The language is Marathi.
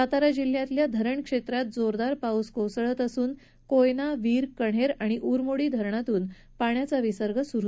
सातारा जिल्ह्यात धरणक्षेत्रात जोरदार पाऊस होत असून कोयना वीर कन्हेर आणि उरमोडी धरणातून पाण्याचा विसर्ग सुरू झाला आहे